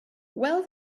well